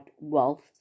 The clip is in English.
wealth